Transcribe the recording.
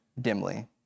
dimly